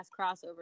crossover